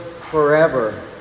forever